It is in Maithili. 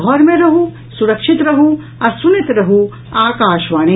घर मे रहू सुरक्षित रहू आ सुनैत रहू आकाशवाणी